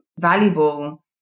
valuable